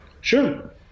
Sure